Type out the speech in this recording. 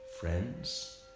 friends